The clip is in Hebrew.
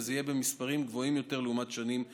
וזה יהיה במספרים גבוהים יותר לעומת שנים קודמות.